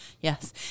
yes